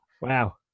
Wow